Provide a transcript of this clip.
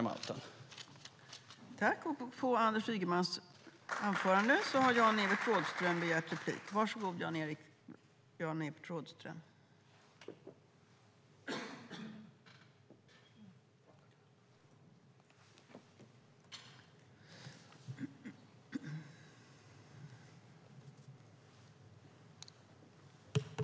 I detta anförande instämde Lars Mejern Larsson, Leif Pettersson och Suzanne Svensson samt Siv Holma .